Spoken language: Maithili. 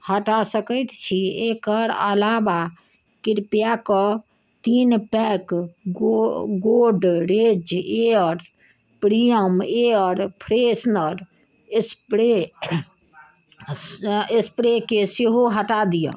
हटा सकैत छी एकर अलावा कृपया कऽ तीन pack Godrej air premium air freshener स्प्रेके सेहो हटा दिअऽ